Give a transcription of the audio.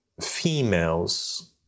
females